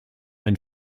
ein